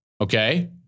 Okay